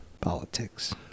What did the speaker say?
politics